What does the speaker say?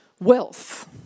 wealth